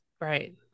right